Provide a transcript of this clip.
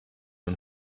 und